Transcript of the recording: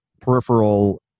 peripheral